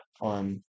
on